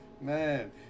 man